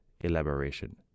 elaboration